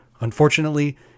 Unfortunately